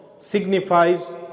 signifies